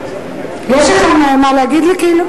יש לכם מה להגיד לי?